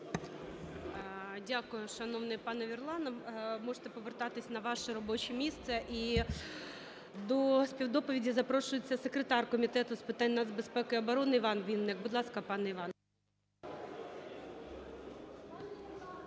Дякую, шановний пане Верланов. Можете повертатись на ваше робоче місце. І до співдоповіді запрошується секретар Комітету з питань нацбезпеки і оборони Іван Вінник. Будь ласка, пане Іване.